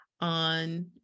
on